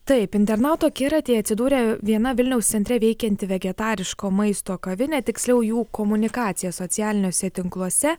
taip internautų akiratyje atsidūrė viena vilniaus centre veikianti vegetariško maisto kavinė tiksliau jų komunikacija socialiniuose tinkluose